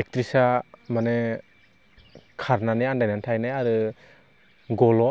एकट्रिसा मानि खारनानै आन्दायनानै थाहैनाय आरो गल'